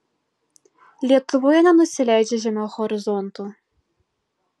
lietuvoje nenusileidžia žemiau horizonto